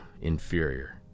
inferior